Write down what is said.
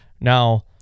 Now